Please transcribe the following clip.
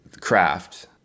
craft